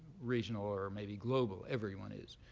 regional or maybe global. everyone is.